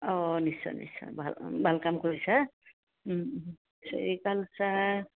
অঁ নিশ্চয় নিশ্চয় ভাল ভাল কাম কৰিছে চেৰিকালচাৰ